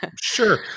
sure